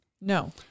No